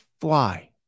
fly